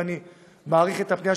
ואני מעריך את הפנייה,